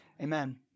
Amen